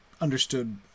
understood